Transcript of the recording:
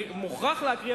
אני מוכרח להקריא,